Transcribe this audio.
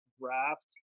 raft